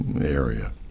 area